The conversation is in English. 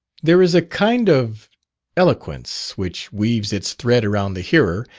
there is a kind of eloquence which weaves its thread around the hearer,